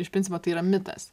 iš principo tai yra mitas